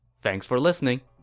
thanks for listening!